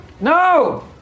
No